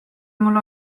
mul